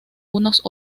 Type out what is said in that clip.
unos